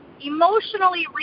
emotionally